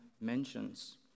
mentions